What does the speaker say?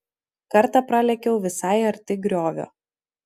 kartą pralėkiau visai arti griovio